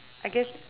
I guess